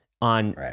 on